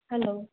hello